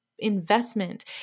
Investment